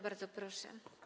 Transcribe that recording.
Bardzo proszę.